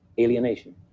alienation